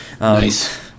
Nice